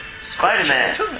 Spider-Man